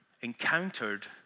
encountered